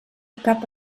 cap